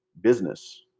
business